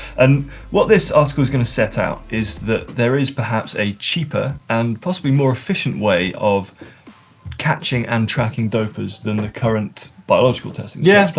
and what this article is gonna set out is that there is perhaps a cheaper and possibly more efficient way of catching and tracking dopers than the current biological testing yeah that but